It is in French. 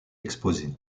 exposée